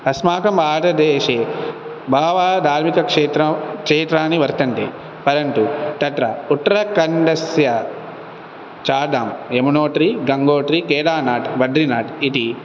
अस्माकम् आन्ध्रदेशे बहवः धार्मिकक्षेत्र क्षेत्रानि वर्तन्ते परन्तु तत्र उत्तरकन्डस्य चार्डां यमुनोद्रि गङ्गोद्रि केदार्नाथ् बड्रिनाथ् इति